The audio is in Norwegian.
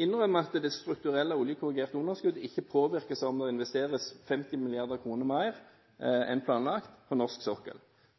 innrømmer at det strukturelle, oljekorrigerte underskuddet ikke påvirkes av om det investeres 50 mrd. kr mer enn planlagt på norsk sokkel.